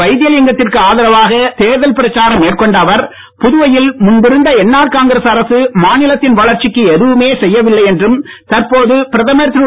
வைத்திலிங்கத்திற்கு ஆதரவாக தேர்தல் பிரச்சாரம் மேற்கொண்ட அவர் புதுவையில் முன்பிருந்த என்ஆர் காங்கிரஸ் அரசு மாநிலத்தின் வளர்ச்சிக்கு எதுவுமே செய்யவில்லை என்றும் தற்போது பிரதமர் திரு